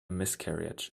miscarriage